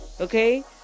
okay